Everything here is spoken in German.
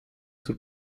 zur